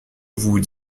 vous